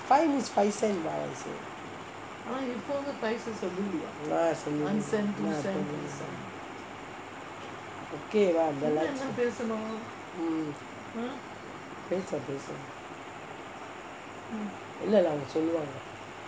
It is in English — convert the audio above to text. five means five cents lah I say okay lah mm பேசலாம் பேசலாம் இல்லே இல்லே அவுங்கே சொல்வாங்கே:pesalaam pesalaam illae illae avungae solvangae